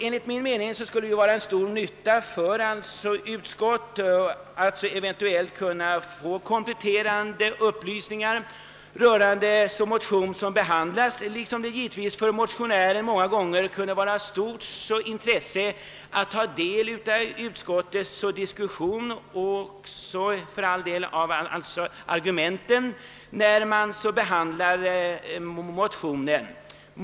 Enligt min mening skulle det vara av stor nytta för utskott att eventuellt kunna få kompletterande upplysningar rörande motion som behandlas, liksom det givetvis för motionären många gånger kunde vara av stort intresse att ta del av utskottets diskussion och, för all del, även av argumenten när man behandlar motionen.